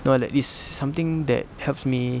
no ah like it's something that helps me